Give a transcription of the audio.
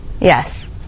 yes